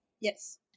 Yes